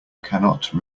cannot